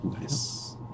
Nice